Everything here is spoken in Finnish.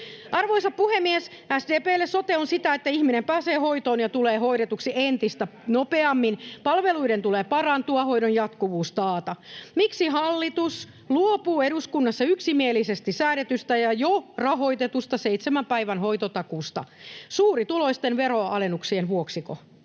Arvoisa puhemies! SDP:lle sote on sitä, että ihminen pääsee hoitoon ja tulee hoidetuksi entistä nopeammin. Palveluiden tulee parantua ja hoidon jatkuvuus taata. Miksi hallitus luopuu eduskunnassa yksimielisesti säädetystä ja jo rahoitetusta seitsemän päivän hoitotakuusta? Suurituloisten veroalennusten vuoksiko?